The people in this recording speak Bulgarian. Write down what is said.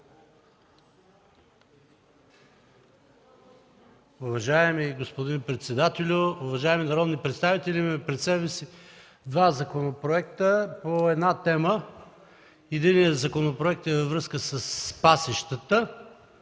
Уважаеми господин председателю, уважаеми народни представители! Имаме пред себе си два законопроекта по една тема. Единият законопроект е във връзка с пасищата,